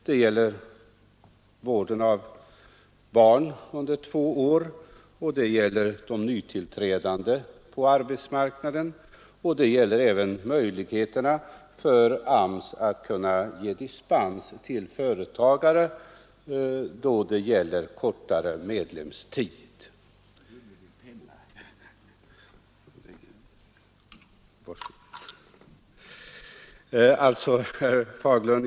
Det gäller tillgodoräknande av tiden för vård av barn under två år, det gäller de nytillträdande på arbetsmarknaden och det gäller även möjligheterna för AMS att ge dispens till företagare då det gäller kortare medlemstid. Herr Fagerlund!